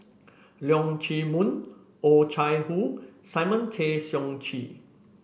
Leong Chee Mun Oh Chai Hoo Simon Tay Seong Chee